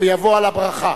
ויבוא על הברכה.